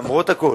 למרות הכול,